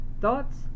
Thoughts